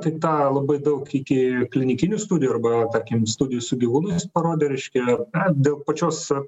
tai tą labai daug iki klinikinių studijų arba tarkim studijų su gyvūnais parodė reiškia na dėl pačios